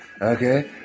okay